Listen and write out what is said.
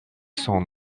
son